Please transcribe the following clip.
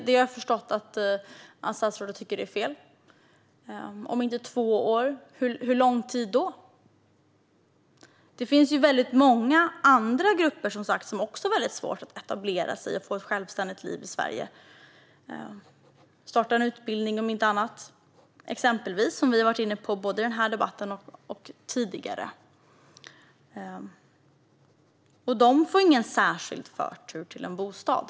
Jag har förstått att statsrådet tycker att det är fel med två år, men hur lång tid ska det då vara? Det finns ju många andra grupper som också har väldigt svårt att etablera sig och få ett självständigt liv i Sverige - om inte annat genom att exempelvis påbörja en utbildning, som vi har varit inne på både i denna debatt och tidigare. Dessa människor får ingen särskild förtur till en bostad.